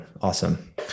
Awesome